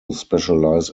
specialize